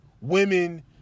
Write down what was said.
women